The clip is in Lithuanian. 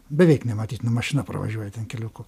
beveik nematyt nu mašina pravažiuoja ten keliuku